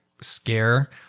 scare